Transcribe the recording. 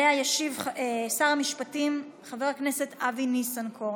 עליה ישיב שר המשפטים חבר הכנסת אבי ניסנקורן.